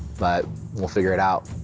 but we'll figure it out.